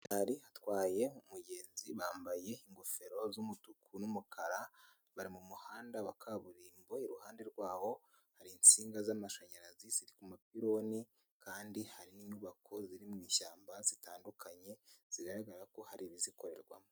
Umu motari atwaye umugenzi. Bambaye ingofero z'umutuku n'umukara. Bari mu muhanda wa kaburimbo. Iruhande rwaho hari insinga z'amashanyarazi ziri ku mapironi kandi hari inyubako ziri mwishyamba zitandukanye zigaragara ko hari ibizikorerwamo.